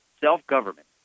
self-government